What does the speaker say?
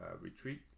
retreat